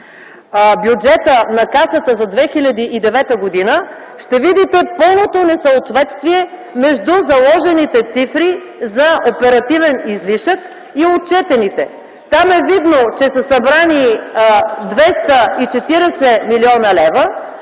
бюджета на Касата за 2009 г., ще видите пълното несъответствие между заложените цифри за оперативен излишък и отчетените. Там е видно, че са събрани 240 млн. лв.,